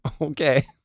okay